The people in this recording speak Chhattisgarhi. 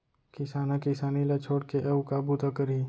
किसान ह किसानी ल छोड़ के अउ का बूता करही